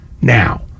now